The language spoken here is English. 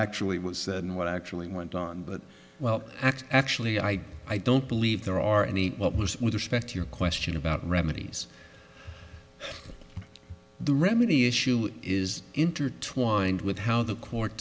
actually was said and what actually went on but well act actually i i don't believe there are any with respect to your question about remedies the remedy issue is intertwined with how the court